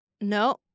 No